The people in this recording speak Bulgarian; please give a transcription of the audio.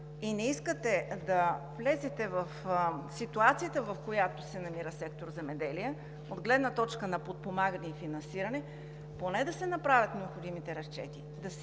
и не искате да влезете в ситуацията, в която се намира сектор „Земеделие“, от гледна точка на подпомагане и финансиране, поне да се направят необходимите разчети